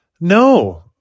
no